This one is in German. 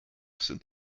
sind